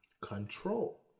control